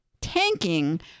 tanking